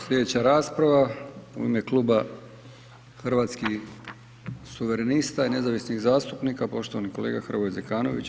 Sljedeća rasprava u ime kluba Hrvatskih suverenista i nezavisnih zastupnika poštovani kolega Hrvoje Zekanović.